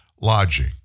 lodging